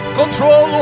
control